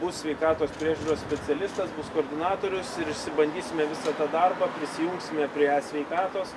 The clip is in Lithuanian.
bus sveikatos priežiūros specialistas bus koordinatorius ir išsibandysime visą tą darbą prisijungsime prie e sveikatos